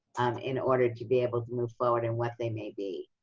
in order to be able to move forward in what they may be.